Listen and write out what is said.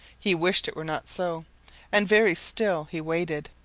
he wished it were not so and very still he waited,